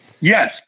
Yes